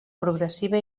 progressiva